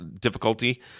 difficulty